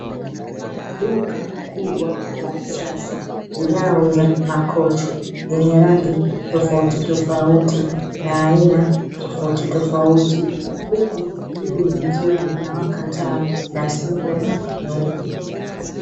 Duka kubwa la kisasa linalouza makochi yenye rangi tofauti tofauti na aina tofauti tofauti, huku juu likiwa lina waka taa na siling bodi nyeupe.